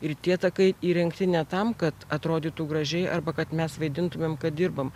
ir tie takai įrengti ne tam kad atrodytų gražiai arba kad mes vaidintume kad dirbam